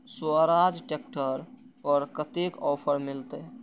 Swaraj tractor पर कतेक offer मिलते?